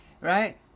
right